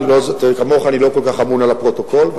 אני לא כל כך אמון על הפרוטוקול כמוך,